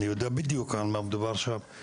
אני יודע בדיוק על מה מדובר שם,